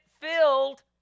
filled